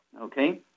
okay